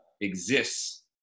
exists